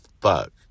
fuck